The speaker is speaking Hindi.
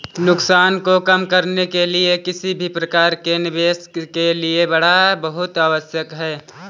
नुकसान को कम करने के लिए किसी भी प्रकार के निवेश के लिए बाड़ा बहुत आवश्यक हैं